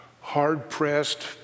hard-pressed